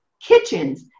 kitchens